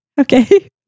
Okay